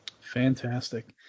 Fantastic